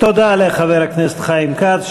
תודה לחבר הכנסת חיים כץ,